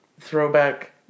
Throwback